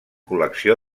col·lecció